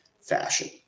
fashion